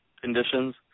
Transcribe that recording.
conditions